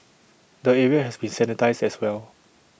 the area has been sanitised as well